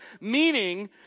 meaning